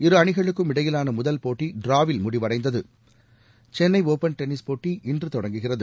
இரு அணிகுளுக்கும் இடையிலான முதல் போட்டி டிராவில் முடிவடைந்தது சென்னை ஒப்பன் டென்னிஸ் போட்டி இன்று தொடங்குகிறது